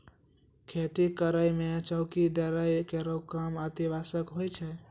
खेती करै म चौकी दै केरो काम अतिआवश्यक होय छै